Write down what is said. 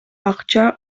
акча